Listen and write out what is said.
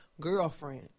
girlfriend